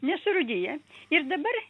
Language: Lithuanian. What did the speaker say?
nesurūdiję ir dabar